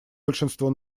большинство